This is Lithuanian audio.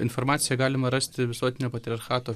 informaciją galima rasti visuotinio patriarchato